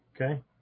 Okay